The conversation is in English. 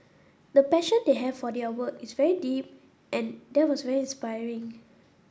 the passion they have for their work is very deep and that was very inspiring